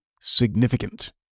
significant